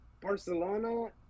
Barcelona